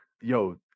yo